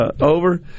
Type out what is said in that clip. over